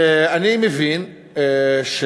אני מזמין את